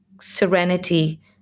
serenity